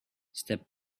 step